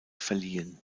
verliehen